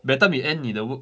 by the time 你 end 你的 work